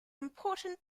important